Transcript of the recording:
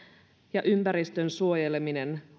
ja ympäristön suojeleminen